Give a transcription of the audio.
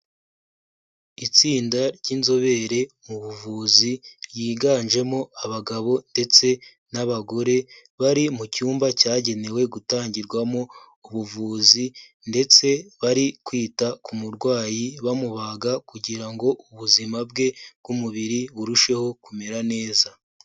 Itsinda ry'inzobere mu buvuzi ryiganjemo abagabo ndetse n'abagore, bari mu cyumba cyagenewe gutangirwamo ubuvuzi ndetse bari kwita ku murwayi bamubaga kugira ngo ubuzima bwe bw'umubiri burusheho kumera neza.